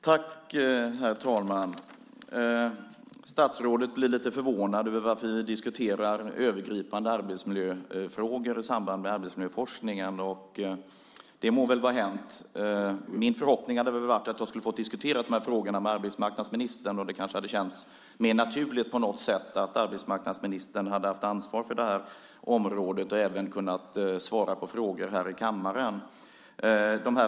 Herr talman! Statsrådet blir lite förvånad över varför vi diskuterar övergripande arbetsmiljöfrågor i samband med arbetsmiljöforskningen. Det må väl vara hänt. Min förhoppning var att vi skulle få diskutera frågorna med arbetsmarknadsministern. Det hade känts mer naturligt att arbetsmarknadsministern hade haft ansvar för området och även hade kunnat svara på frågor i kammaren.